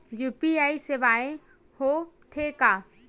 UPI सेवाएं हो थे का?